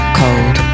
cold